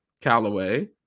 Callaway